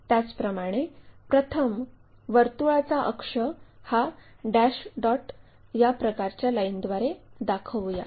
त्याचप्रमाणे प्रथम वर्तुळाचा अक्ष हा डॅश डॉट या प्रकारच्या लाइनद्वारे दाखवू